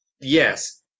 yes